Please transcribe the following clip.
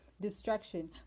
destruction